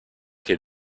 que